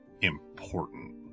important